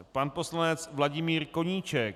Pan poslanec Vladimír Koníček.